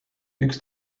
üks